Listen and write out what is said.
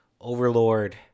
Overlord